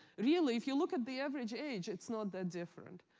really if you look at the average age, it's not that different.